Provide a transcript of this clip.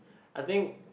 I think